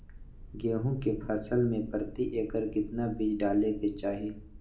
गेहूं के फसल में प्रति एकड़ कितना बीज डाले के चाहि?